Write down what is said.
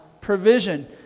provision